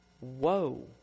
whoa